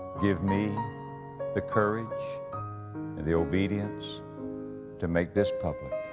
give me the courage and the obedience to make this public.